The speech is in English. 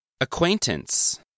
Acquaintance